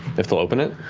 if they'll open it?